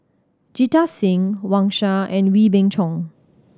Jita Singh Wang Sha and Wee Beng Chong